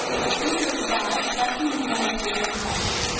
at two thirty five captain nemo appeared in the lounge.